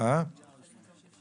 --- אתה רוצה לקצוב בזמן?